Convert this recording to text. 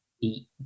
eat